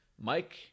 Mike